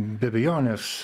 be abejonės